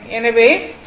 எனவே இது 7